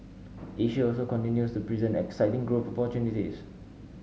Asia also continues to present exciting growth opportunities